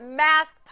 mask